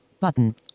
button